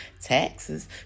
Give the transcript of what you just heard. taxes